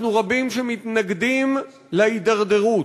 אנחנו רבים שמתנגדים להידרדרות,